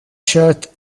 shirt